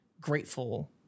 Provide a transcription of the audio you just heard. grateful